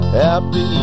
happy